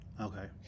Okay